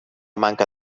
manca